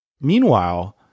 Meanwhile